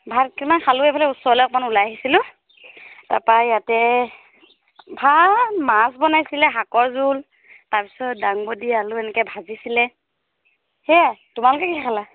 ভাত কেইটামান খালো এইফালে ওচৰলে অকণমান ওলাই আহিছিলোঁ তাৰপৰা ইয়াতে ভাত মাছ বনাইছিলে শাকৰ জোল তাৰপিছত ডাংবডি আলু এনেকৈ ভাজিছিলে সেয়াই তোমালোকে কি খালা